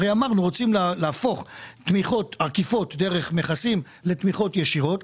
אם רוצים להפוך תמיכות עקיפות דרך מכסים לתמיכות ישירות,